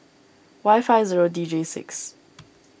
Y five zero D J six